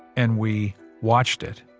and we watched it.